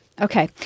Okay